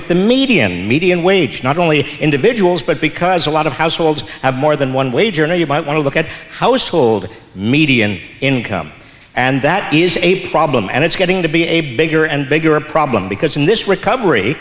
at the median median wage not only individuals but because a lot of households have more than one wage earner you might want to look at household median income and that is a problem and it's getting to be a bigger and bigger problem because in this recovery